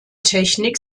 technik